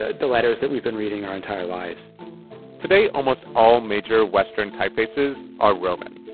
ah the letters that we've been reading our entire lives today, almost all major western typefaces are roman,